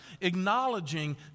acknowledging